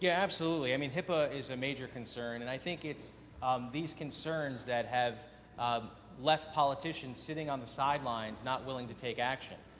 yeah absolutely. i mean hipaa is a major concern and i think um these concerns that have um left politicians sitting on the side lines, not willing to take action.